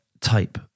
type